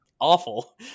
awful